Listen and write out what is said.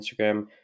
Instagram